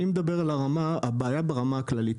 אני מדבר על הבעיה ברמה הכללית.